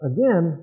Again